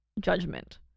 judgment